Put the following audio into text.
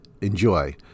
enjoy